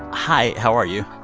hi. how are you?